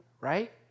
right